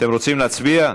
אתם רוצים להצביע?